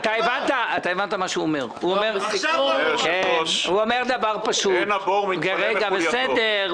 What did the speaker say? אדוני היושב-ראש, אין הבור מתמלא מחולייתו.